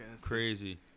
Crazy